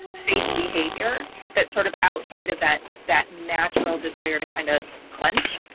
safe behavior that sort of outside of that that natural desire to kind of clench.